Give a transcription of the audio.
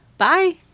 Bye